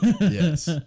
Yes